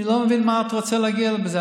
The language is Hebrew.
אני לא מבין מה את רוצה להגיד בזה.